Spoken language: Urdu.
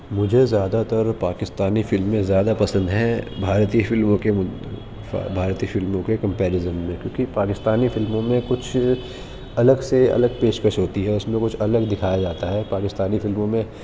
مجھے زیادہ تر پاکستانی فلمیں زیادہ پسند ہیں بھارتی فلموں کے بھارتی فلموں کے کمپیرزن میں کیوںکہ پاکستانی فلموں میں کچھ الگ سے الگ پیشکش ہوتی ہے اس میں کچھ الگ دکھایا جاتا ہے پاکستانی فلموں میں